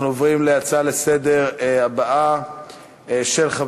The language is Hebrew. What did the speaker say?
אנחנו עוברים להצעה הבאה לסדר-היום: